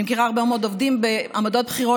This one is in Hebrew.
אני מכירה הרבה עובדים מאוד בעמדות בכירות